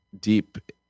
deep